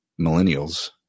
millennials